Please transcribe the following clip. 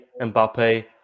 Mbappe